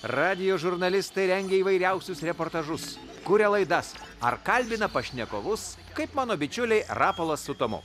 radijo žurnalistai rengia įvairiausius reportažus kuria laidas ar kalbina pašnekovus kaip mano bičiuliai rapolas su tomu